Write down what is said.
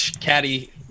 caddy